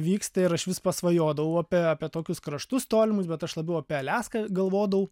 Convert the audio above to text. vyksta ir aš vis pasvajodavau apie apie tokius kraštus tolimus bet aš labiau apie aliaską galvodavau